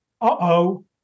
uh-oh